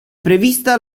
prevista